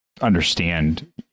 understand